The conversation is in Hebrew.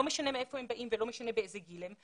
לא משנה מהיכן הם באים ולא משנה מה הגיל שלהם,